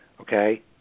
Okay